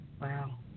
Wow